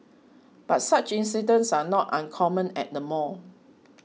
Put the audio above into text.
but such incidents are not uncommon at the mall